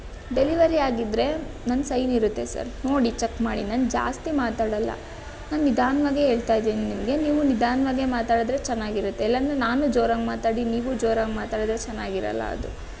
delivery ಆಗಿದ್ದರೆ ನನ್ನ ಸೈನಿರುತ್ತೆ ಸರ್ ನೋಡಿ ಚೆಕ್ ಮಾಡಿ ನಾನು ಜಾಸ್ತಿ ಮಾತಾಡಲ್ಲ ನಾನು ನಿಧಾನವಾಗೇ ಹೇಳ್ತಾ ಇದ್ದೀನಿ ನಿಮಗೆ ನೀವೂ ನಿಧಾನವಾಗೇ ಮಾತಾಡಿದರೆ ಚೆನ್ನಾಗಿರತ್ತೆ ಇಲ್ಲಂದ್ರೆ ನಾನೂ ಜೋರಾಗಿ ಮಾತಾಡಿ ನೀವೂ ಜೋರಾಗಿ ಮಾತಾಡಿದ್ರೆ ಚೆನ್ನಾಗಿರಲ್ಲ ಅದು